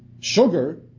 Sugar